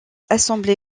assemblée